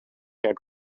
had